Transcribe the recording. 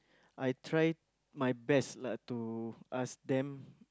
I try my best lah to ask them